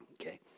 okay